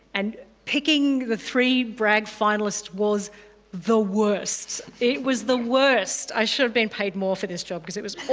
and picking the three bragg finalists was the worst. it was the worst. i should have been paid more for this job because it was